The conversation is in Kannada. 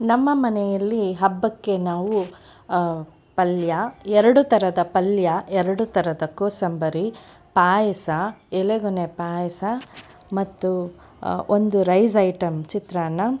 ನಮ್ಮ ಮನೆಯಲ್ಲಿ ಹಬ್ಬಕ್ಕೆ ನಾವು ಪಲ್ಯ ಎರಡು ಥರದ ಪಲ್ಯ ಎರಡು ಥರದ ಕೋಸಂಬರಿ ಪಾಯಸ ಎಲೆಗೊನೆ ಪಾಯಸ ಮತ್ತು ಒಂದು ರೈಸ್ ಐಟಮ್ ಚಿತ್ರಾನ್ನ